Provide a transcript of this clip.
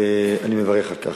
ואני מברך על כך.